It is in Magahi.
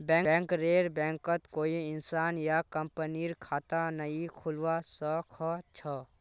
बैंकरेर बैंकत कोई इंसान या कंपनीर खता नइ खुलवा स ख छ